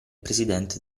presidente